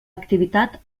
activitat